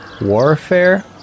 warfare